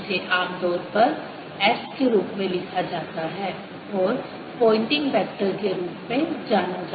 जिसे आमतौर पर S के रूप में लिखा जाता है और पोयनेटिंग वेक्टर के रूप में जाना जाता है